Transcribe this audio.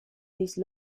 these